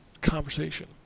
conversation